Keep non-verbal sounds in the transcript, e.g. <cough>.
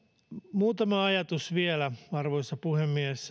muutama ajatus vielä <unintelligible> <unintelligible> arvoisa puhemies <unintelligible>